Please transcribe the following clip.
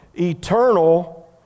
eternal